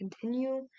continue